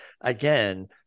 again